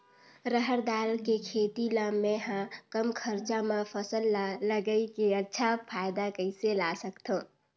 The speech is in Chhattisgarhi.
रहर दाल के खेती ला मै ह कम खरचा मा फसल ला लगई के अच्छा फायदा कइसे ला सकथव?